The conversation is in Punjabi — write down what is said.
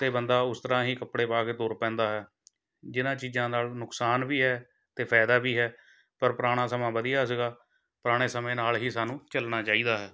ਅਤੇ ਬੰਦਾ ਉਸ ਤਰ੍ਹਾਂ ਹੀ ਕੱਪੜੇ ਪਾ ਕੇ ਤੁਰ ਪੈਂਦਾ ਹੈ ਜਿਹਨਾਂ ਚੀਜ਼ਾਂ ਨਾਲ਼ ਨੁਕਸਾਨ ਵੀ ਹੈ ਅਤੇ ਫਾਇਦਾ ਵੀ ਹੈ ਪਰ ਪੁਰਾਣਾ ਸਮਾਂ ਵਧੀਆ ਸੀਗਾ ਪੁਰਾਣੇ ਸਮੇਂ ਨਾਲ਼ ਹੀ ਸਾਨੂੰ ਚੱਲਣਾ ਚਾਹੀਦਾ ਹੈ